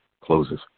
closes